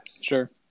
Sure